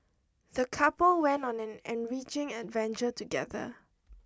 the couple went on an enriching adventure together